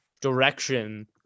direction